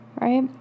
Right